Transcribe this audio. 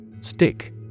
Stick